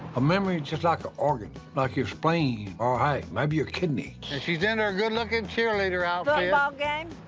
a memory's just like an organ, like your spleen, or hey, maybe your kidney. and she's in er good lookin cheerleader outfit. football ah game?